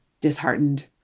disheartened